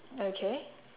okay